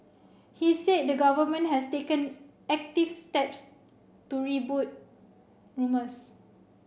he said the Government has taken active steps to rebut rumours